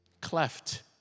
cleft